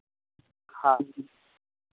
हँ